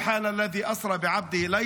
(אומר דברים בשפה הערבית)